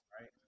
right